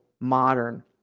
modern